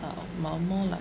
are but more like